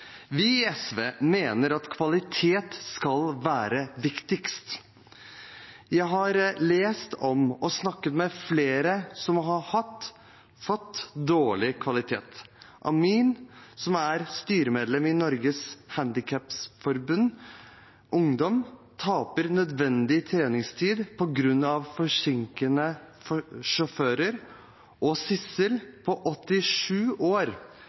Vi i SV mener at kvalitet skal være viktigst. Jeg har lest om og snakket med flere som har fått dårlig kvalitet. Amir, som er styremedlem i Norges Handikapforbunds Ungdom, taper nødvendig treningstid på grunn av forsinkede sjåfører, og Sissel på 87 år,